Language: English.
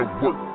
work